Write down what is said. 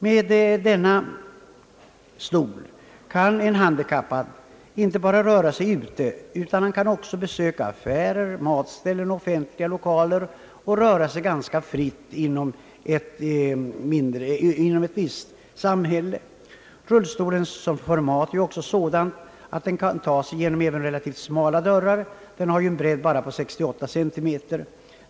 Med denna stol kan en handikappad inte bara röra sig ute, utan han kan också besöka affärer, matställen och offentliga 1okaler och röra sig ganska fritt inom ett visst samhälle. Rullstolens format är också sådant att den kan ta sig genom även relativt smala dörrar — den har en bredd på bara 68 centimeter.